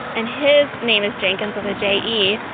and his name is jenkins, with a j e.